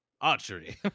archery